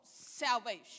salvation